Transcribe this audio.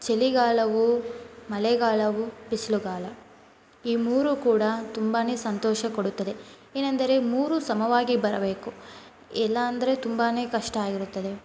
ಚಳಿಗಾಲವು ಮಳೆಗಾಲವು ಬಿಸಿಲುಗಾಲ ಈ ಮೂರು ಕೂಡ ತುಂಬಾ ಸಂತೋಷ ಕೊಡುತ್ತದೆ ಏನೆಂದರೆ ಮೂರು ಸಮವಾಗಿ ಬರಬೇಕು ಇಲ್ಲ ಅಂದರೆ ತುಂಬಾ ಕಷ್ಟ ಇರುತ್ತದೆ